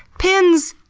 pins!